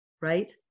right